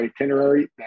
itinerary